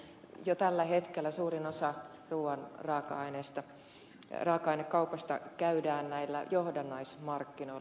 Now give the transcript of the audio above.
jo tällä hetkellä suurin osa ruuan raaka ainekaupasta käydään näillä johdannaismarkkinoilla